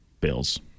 Bills